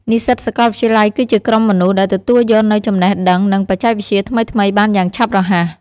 និស្សិតសាកលវិទ្យាល័យគឺជាក្រុមមនុស្សដែលទទួលយកនូវចំណេះដឹង និងបច្ចេកវិទ្យាថ្មីៗបានយ៉ាងឆាប់រហ័ស។